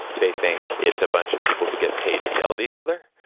they think it's a bunch of people who get paid to yell at each other,